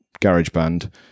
GarageBand